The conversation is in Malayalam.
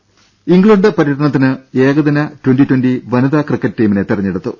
ദേദ ഇംഗ്ലണ്ട് പര്യടനത്തിന് ഏകദിന ട്വന്റി ട്വന്റി വനിതാ ക്രിക്കറ്റ് ടീമിനെ തെരഞ്ഞെടുത്തു